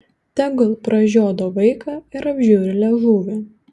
tegul pražiodo vaiką ir apžiūri liežuvį